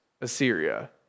Assyria